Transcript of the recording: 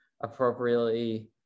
appropriately